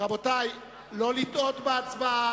ראוי שתשיב עליו.